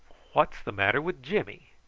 what's the matter with jimmy?